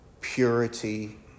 purity